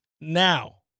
now